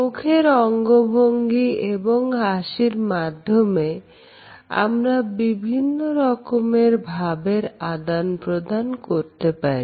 মুখের অঙ্গভঙ্গি এবং হাসির মাধ্যমে আমরা বিভিন্ন রকমের ভাবের আদান প্রদান করতে পারি